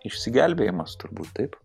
išsigelbėjimas turbūt taip